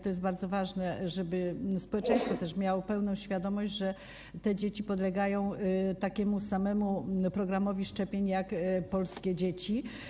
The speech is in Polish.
To jest bardzo ważne, żeby społeczeństwo miało pełną świadomość, że te dzieci podlegają takiemu samemu programowi szczepień jak polskie dzieci.